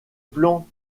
plan